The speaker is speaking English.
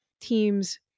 teams